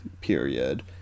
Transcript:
period